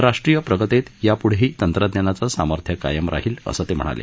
राष्ट्रीय प्रगतीत यापुढेही तंत्रज्ञानाचं सामर्थ्य कायम राहील असं ते म्हणाले